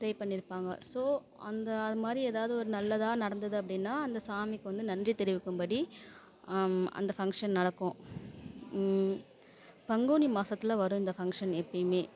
pray பண்ணியிருப்பாங்க so அந்த அது மாதிரி எதாவது ஒரு நல்லதாக நடந்துது அப்படின்னா அந்த சாமிக்கு வந்து நன்றி தெரிவிக்கும் படி அம் அந்த ஃபங்க்ஷன் நடக்கும் பங்குனி மாதத்துல வரும் இந்த ஃபங்க்ஷன் எப்போயிமே